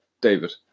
David